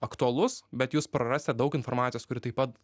aktualus bet jūs prarasite daug informacijos kuri taip pat